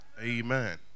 Amen